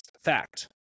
Fact